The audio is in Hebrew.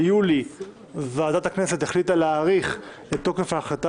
ביולי ועדת הכנסת החליטה להאריך את תוקף ההחלטה